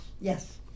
yes